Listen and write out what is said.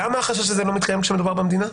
למה החשש הזה לא מתקיים כשמדובר במדינה?